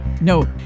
No